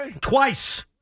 Twice